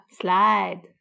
Slide